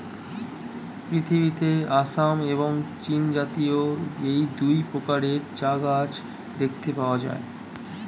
পৃথিবীতে আসাম এবং চীনজাতীয় এই দুই প্রকারের চা গাছ দেখতে পাওয়া যায়